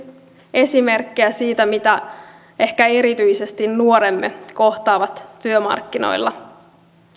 esimerkkejä siitä mitä ehkä erityisesti nuoremme kohtaavat työmarkkinoilla